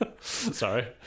Sorry